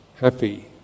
happy